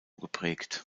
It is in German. geprägt